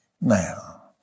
Now